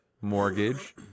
mortgage